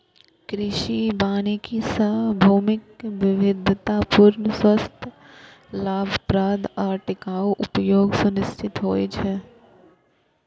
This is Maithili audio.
कृषि वानिकी सं भूमिक विविधतापूर्ण, स्वस्थ, लाभप्रद आ टिकाउ उपयोग सुनिश्चित होइ छै